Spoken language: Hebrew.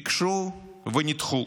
ביקשו ונדחו.